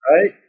Right